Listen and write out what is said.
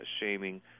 shaming